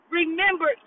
remember